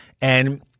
And-